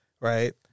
right